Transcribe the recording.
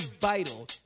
vital